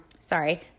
Sorry